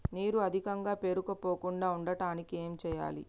నీరు అధికంగా పేరుకుపోకుండా ఉండటానికి ఏం చేయాలి?